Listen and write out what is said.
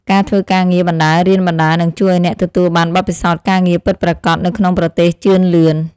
ការធ្វើការងារបណ្តើររៀនបណ្តើរនឹងជួយឱ្យអ្នកទទួលបានបទពិសោធន៍ការងារពិតប្រាកដនៅក្នុងប្រទេសជឿនលឿន។